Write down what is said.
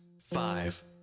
five